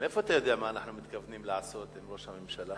מאיפה אתה יודע מה אנחנו מתכוונים לעשות עם ראש הממשלה?